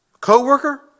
co-worker